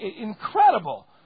incredible